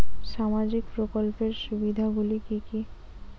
সামাজিক প্রকল্পের সুবিধাগুলি কি কি?